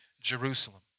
Jerusalem